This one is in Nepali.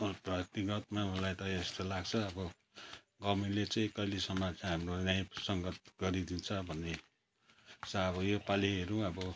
अन्त दिमागमा मलाई त यस्तो लाग्छ अब गभर्मेन्टले चाहिँ कहिलेसम्म चाहिँ हाम्रो लाइफ सङ्घर्ष गरिदिन्छ भन्ने अब योपालि हेरौँ अब